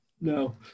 no